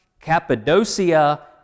Cappadocia